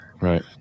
Right